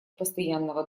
постоянного